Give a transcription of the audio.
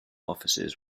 offices